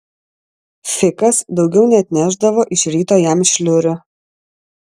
fikas daugiau neatnešdavo iš ryto jam šliurių